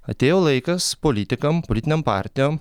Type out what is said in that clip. atėjo laikas politikam politinėm partijom